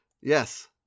Yes